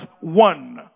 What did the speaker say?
one